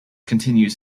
continues